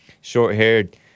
Short-haired